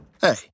Hey